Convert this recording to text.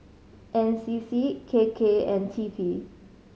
N C C K K and T P